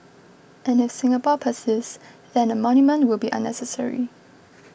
and if Singapore persists then a monument will be unnecessary